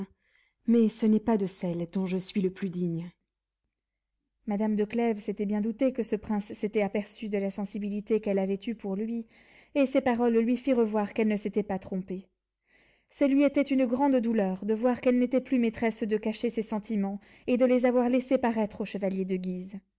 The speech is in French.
mais ce n'est pas de celles dont je suis le plus digne madame de clèves s'était bien doutée que ce prince s'était aperçu de la sensibilité qu'elle avait eue pour lui et ses paroles lui firent voir qu'elle ne s'était pas trompée ce lui était une grande douleur de voir qu'elle n'était plus maîtresse de cacher ses sentiments et de les avoir laissé paraître au chevalier de guise